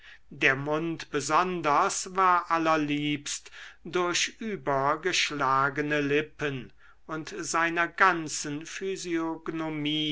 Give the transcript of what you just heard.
der mund besonders war allerliebst durch übergeschlagene lippen und seiner ganzen